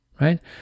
right